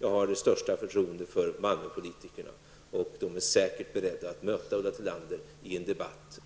Jag har det största förtroende för Malmöpolitikerna. De är säkert beredda att öppet och friskt bemöta Ulla Tillander i en debatt